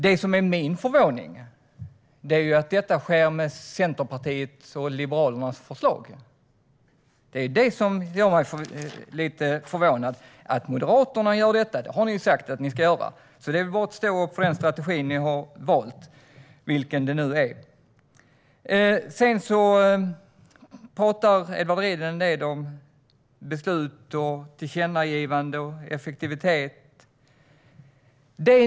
Det som förvånar mig är att detta sker med Centerpartiets och Liberalernas förslag. Det gör mig lite förvånad. Moderaterna har sagt att ni ska göra detta, och det är bara att stå upp för den strategi ni har valt - vilken den nu är. Edward Riedl pratar en del om beslut, tillkännagivanden och effektivitet.